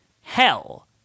hell